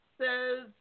says